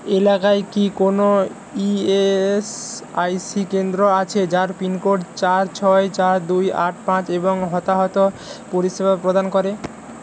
এলাকায় কি কোনও ইএএসআইসি কেন্দ্র আছে যার পিনকোড চার ছয় চার দুই আট পাঁচ এবং হতাহত পরিষেবা প্রদান করে